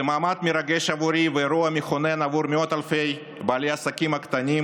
זה מעמד מרגש בעבורי ואירוע מכונן בעבור מאות אלפי בעלי העסקים הקטנים